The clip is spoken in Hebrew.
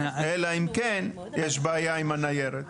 אלא אם כן יש בעיה עם הניירת.